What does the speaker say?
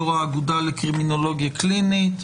יו"ר האגודה לקרימינולוגיה קלינית,